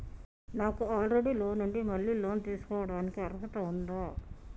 నాకు already loan ఉండి మళ్ళీ లోన్ తీసుకోవడానికి అర్హత ఉందా?